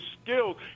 skills